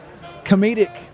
comedic